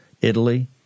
Italy